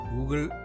Google